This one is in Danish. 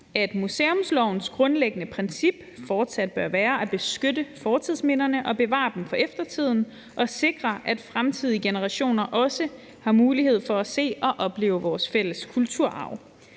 »At museumslovens grundlæggende princip fortsat bør være at beskytte fortidsminderne og bevare dem for eftertiden og dermed sikre, at fremtidige generationer også har mulighed for at se og opleve vores fælles kulturarv.«